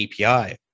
API